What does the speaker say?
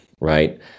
right